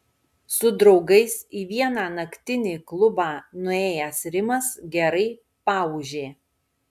su draugais į vieną naktinį klubą nuėjęs rimas gerai paūžė